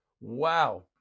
wow